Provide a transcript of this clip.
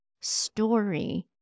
Story